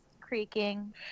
creaking